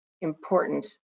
important